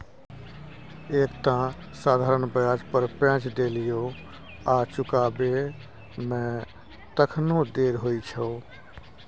एक तँ साधारण ब्याज पर पैंच देलियौ आ चुकाबै मे तखनो देर होइ छौ